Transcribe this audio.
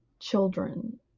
children